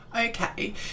Okay